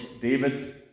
David